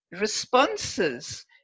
responses